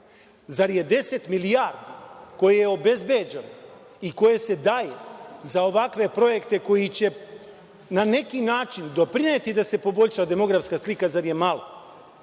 zar je 10 milijardi koje je obezbeđeno i koje se daju za ovakve projekte koji će na neki način doprineti da se poboljša demografska slika, zar je malo?